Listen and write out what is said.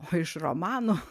o iš romano